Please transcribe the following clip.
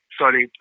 sorry